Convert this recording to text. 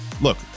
look